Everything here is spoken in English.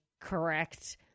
correct